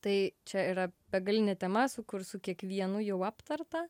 tai čia yra begalinė tema su kur su kiekvienu jau aptarta